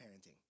parenting